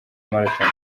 marathon